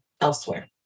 elsewhere